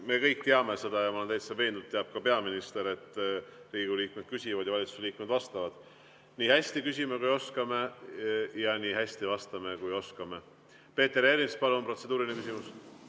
Me kõik teame seda ja ma olen täiesti veendunud, et teab ka peaminister, et Riigikogu liikmed küsivad ja valitsusliikmed vastavad. Nii hästi küsime, kui oskame ja nii hästi vastame, kui oskame. Peeter Ernits, palun, protseduuriline küsimus!